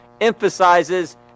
emphasizes